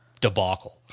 debacle